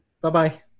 Bye-bye